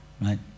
right